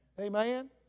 Amen